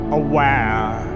aware